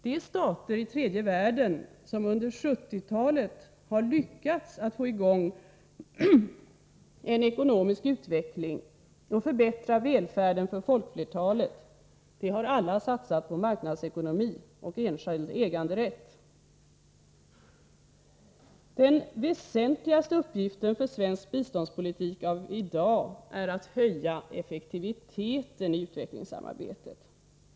De stater i tredje världen som under 1970-talet har lyckats att få i gång en ekonomisk utveckling och förbättra välfärden för folkflertalet har alla satsat på marknadsekonomi och enskild äganderätt. Den väsentligaste uppgiften för svensk biståndspolitik av i dag är att höja effektiviteten i utvecklingssamarbetet.